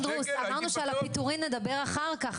פינדרוס, אמרנו שעל הפיטורים נדבר אחר כך.